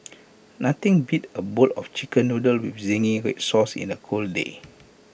nothing beats A bowl of Chicken Noodles with Zingy Red Sauce in A cold day